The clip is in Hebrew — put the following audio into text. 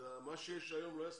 מה שיש היום לא יספיק.